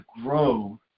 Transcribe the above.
grow